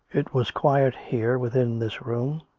it was quiet here within this room,